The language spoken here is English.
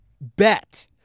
bet